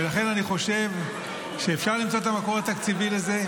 ולכן אני חושב שאפשר למצוא את המקור התקציבי לזה.